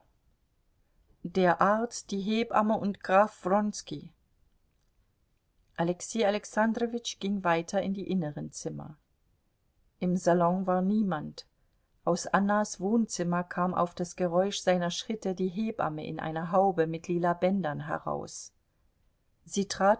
der arzt die hebamme und graf wronski alexei alexandrowitsch ging weiter in die inneren zimmer im salon war niemand aus annas wohnzimmer kam auf das geräusch seiner schritte die hebamme in einer haube mit lila bändern heraus sie trat